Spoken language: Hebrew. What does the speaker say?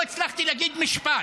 לא הצלחתי להגיד משפט,